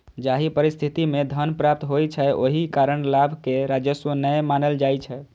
जाहि परिस्थिति मे धन प्राप्त होइ छै, ओहि कारण लाभ कें राजस्व नै मानल जाइ छै